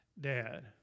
dad